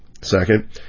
Second